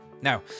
Now